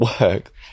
work